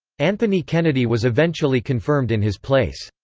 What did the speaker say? anthony kennedy was eventually confirmed in his place.